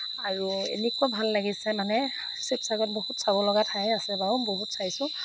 আৰু এনেকুৱা ভাল লাগিছে মানে শিৱসাগৰত বহুত চাবলগা ঠায়ে আছে বাৰু বহুত চাইছোঁ